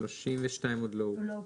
מי בעד?